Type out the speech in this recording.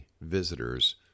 visitors